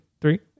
Three